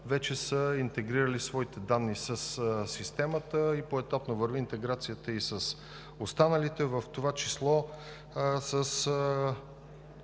вече са интегрирали своите данни със системата и поетапно върви интеграцията и с останалите, в това число с